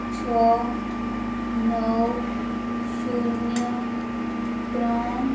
છ નવ શૂન્ય ત્રણ